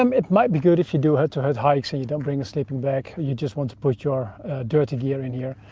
um it might be good if you do hut to hut hikes, and you don't bring a sleeping bag, or you just want to put your dirty gear in here.